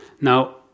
Now